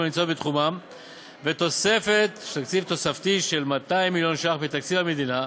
הנמצאים בתחומן ותקציב תוספתי של 200 מיליון ש"ח מתקציב המדינה.